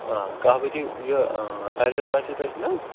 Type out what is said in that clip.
آ کَہہ بجے یہِ چھُنہٕ حظ